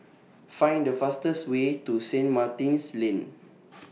Find The fastest Way to Saint Martin's Lane